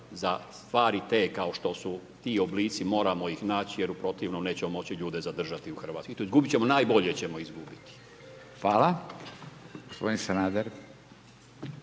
za stvari te kao što su ti oblici moramo ih naći jer u protivnom nećemo moći ljude zadržati u Hrvatskoj. Izgubit ćemo najbolje. **Radin, Furio